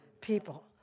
people